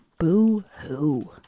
Boo-hoo